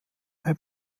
bei